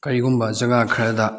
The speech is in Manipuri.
ꯀꯔꯤꯒꯨꯝꯕ ꯖꯒꯥ ꯈꯔꯗ